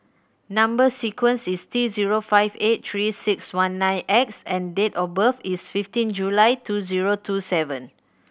number sequence is T zero five eight Three Six One nine X and date of birth is fifteen July two zero two seven